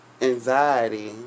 anxiety